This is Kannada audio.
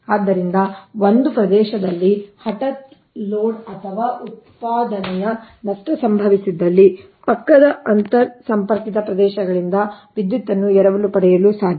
ಆದ್ದರಿಂದ ಒಂದು ಪ್ರದೇಶದಲ್ಲಿ ಹಠಾತ್ ಲೋಡ್ ಅಥವಾ ಉತ್ಪಾದನೆಯ ನಷ್ಟ ಸಂಭವಿಸಿದಲ್ಲಿ ಪಕ್ಕದ ಅಂತರ್ ಸಂಪರ್ಕಿತ ಪ್ರದೇಶಗಳಿಂದ ವಿದ್ಯುತ್ ಅನ್ನು ಎರವಲು ಪಡೆಯುವುದು ಸಾಧ್ಯ